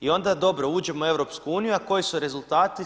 I onda dobro uđemo u EU i koji su rezultati?